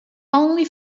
only